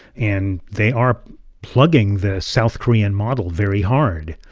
and they are plugging the south korean model very hard.